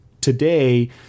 today